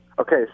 Okay